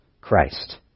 Christ